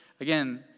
Again